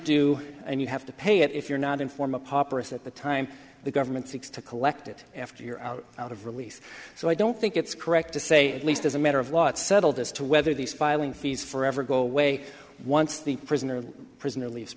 due and you have to pay it if you're not in form a populous at the time the government seeks to collect it after your are out of release so i don't think it's correct to say at least as a matter of law it's settled as to whether these filing fees for ever go away once the prisoner prisoner leaves